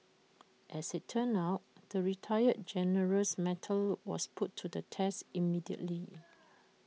as IT turned out the retired general's mettle was put to the test immediately